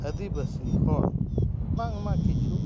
ᱟᱹᱫᱤᱵᱟᱹᱥᱤ ᱦᱚᱲ ᱵᱟᱝᱢᱟ ᱠᱤᱪᱷᱩ